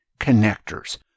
connectors